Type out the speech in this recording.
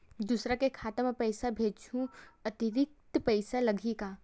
दूसरा के खाता म पईसा भेजहूँ अतिरिक्त पईसा लगही का?